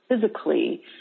physically